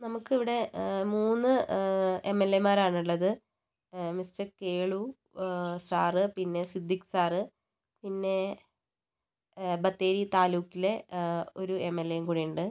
നമുക്കിവിടെ മൂന്ന് M L A മാരാണ് ഉള്ളത് മിസ്റ്റർ കേളു സാറ് പിന്നെ സിദ്ദിഖ് സാറ് പിന്നെ ബത്തേരി താലൂക്കിലെ ഒരു എം എൽ എ യും കൂടിയുണ്ട്